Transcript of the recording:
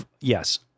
yes